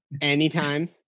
anytime